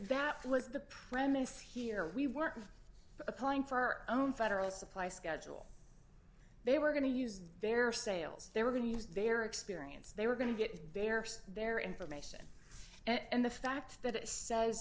that was the premise here we were applying for our own federal supply schedule they were going to use various sales they were going to use their experience they were going to get their their information and the fact that it says